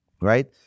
Right